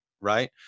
Right